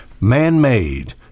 Man-made